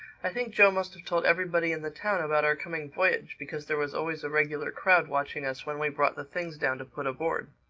i think joe must have told everybody in the town about our coming voyage, because there was always a regular crowd watching us when we brought the things down to put aboard.